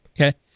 okay